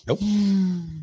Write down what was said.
nope